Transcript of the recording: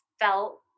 felt